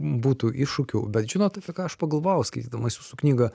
būtų iššūkių bet žinot apie ką aš pagalvojau skaitydamas jūsų knygą